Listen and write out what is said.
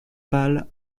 pâle